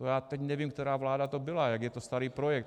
Já teď nevím, která vláda to byla, jak je to starý projekt.